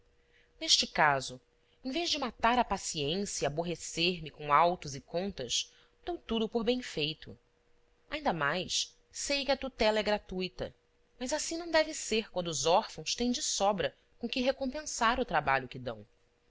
neste caso em vez de matar a paciência e aborrecer-me com autos e contas dou tudo por bemfeito ainda mais sei que a tutela é gratuita mas assim não deve ser quando os órfãos têm de sobra com que recompensar o trabalho que dão